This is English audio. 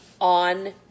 on